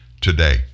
today